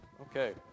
Okay